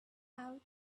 out